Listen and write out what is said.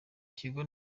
kigo